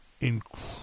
incredible